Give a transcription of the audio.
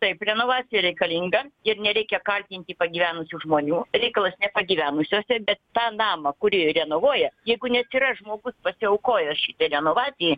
taip renovacija reikalinga ir nereikia kaltinti pagyvenusių žmonių reikalas ne pagyvenusiuose bet tą namą kurį renovuoja jeigu neatsiras žmogus pasiaukojęs šitai renovacijai